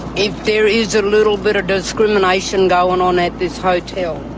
if there is a little bit of discrimination goin' on at this hotel,